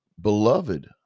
Beloved